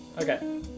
Okay